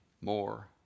more